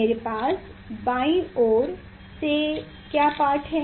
मेरे पास बायीं ओर से क्या पाठ है